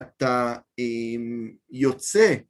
אתה יוצא.